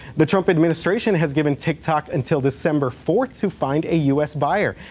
the trump administration has given tiktok until december fourth to find a u s. buyer.